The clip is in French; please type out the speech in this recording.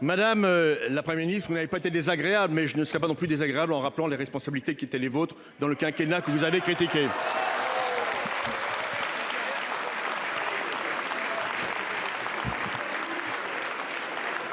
Madame la Première ministre, puisque vous n'avez pas été désagréable, je ne le serai pas non plus en rappelant les responsabilités qui étaient les vôtres lors du quinquennat que vous avez critiqué